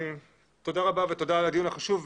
תודה רבה ותודה על הדיון החשוב.